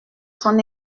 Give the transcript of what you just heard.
son